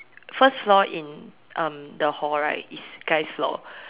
first floor in um the hall right is guy's floor